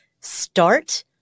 start